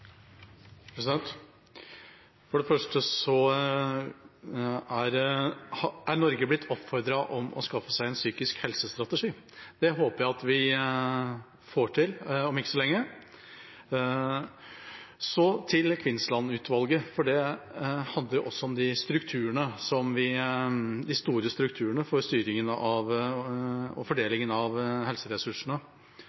blitt oppfordret til å skaffe seg en psykisk helse-strategi. Det håper jeg vi får til om ikke så lenge. Så til Kvinnsland-utvalget, for det handler om de store strukturene